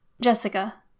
Jessica